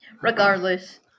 Regardless